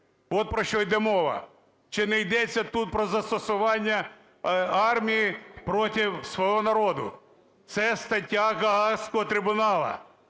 От про що йде мова. Чи не йдеться тут про застосування армії проти свого народу? Це стаття Гаазького трибуналу,